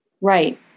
Right